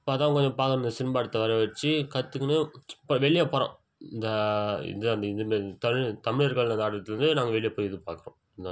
இப்போதான் கொஞ்சம் பார்க்குறோம் இந்த சிலம்பாட்டத்தை வர வெச்சி கற்றுதுக்குன்னு இப்போ வெளியே போகிறோம் இந்த இதான் இந்த இதுமாரி இந்த தமிழ் தமிழர்கள் அந்த ஆட்டத்துலேருந்தே நாங்கள் வெளியே போய் இது பார்க்குறோம்